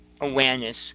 awareness